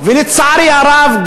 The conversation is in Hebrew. ולצערי הרב,